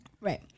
Right